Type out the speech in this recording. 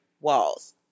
walls